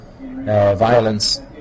violence